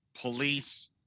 police